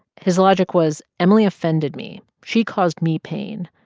his logic was, emily offended me. she caused me pain.